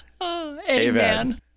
Amen